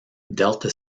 delta